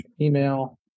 email